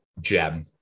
gem